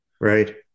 Right